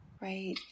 Right